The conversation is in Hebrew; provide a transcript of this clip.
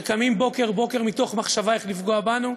שקמים בוקר-בוקר מתוך מחשבה איך לפגוע בנו.